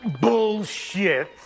Bullshit